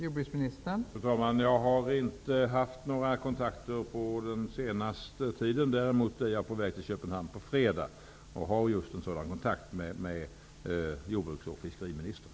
Fru talman! Jag har inte haft några kontakter på den senaste tiden. Däremot skall jag på fredag resa till Köpenhamn och skall då ha en sådan kontakt med jordbruks och fiskeriministern.